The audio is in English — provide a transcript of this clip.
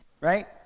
right